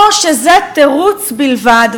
או שזה תירוץ בלבד?